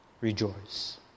rejoice